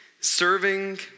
serving